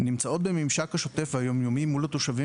הן נמצאות בממשק השוטף והיום יומי מול התושבים